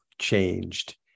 changed